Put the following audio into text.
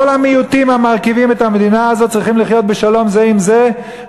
כל המיעוטים המרכיבים את המדינה הזאת צריכים לחיות בשלום זה עם זה,